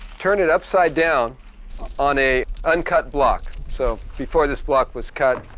turn it upside down on a uncut block. so before this block was cut,